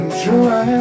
true